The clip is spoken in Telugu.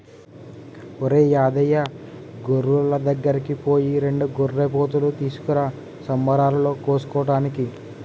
ఒరేయ్ యాదయ్య గొర్రులోళ్ళ దగ్గరికి పోయి రెండు గొర్రెపోతులు తీసుకురా సంబరాలలో కోసుకోటానికి